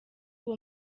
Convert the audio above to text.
uwo